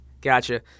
Gotcha